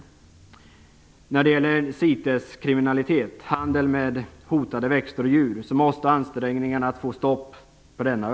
Ansträngningarna att få stopp på siteskriminaliteten, handel med hotade växter och djur, måste öka.